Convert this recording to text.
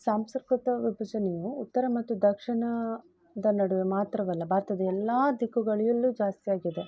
ಸಂಸ್ಕೃತ ವಿಭಜನೆಯು ಉತ್ತರ ಮತ್ತು ದಕ್ಷಿಣದ ನಡುವೆ ಮಾತ್ರವಲ್ಲ ಭಾರತದ ಎಲ್ಲ ದಿಕ್ಕುಗಳಯಲ್ಲೂ ಜಾಸ್ತಿಯಾಗಿದೆ